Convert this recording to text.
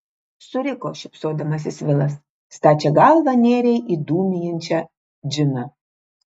suriko šypsodamasis vilas stačia galva nėrei į dūmijančią džiną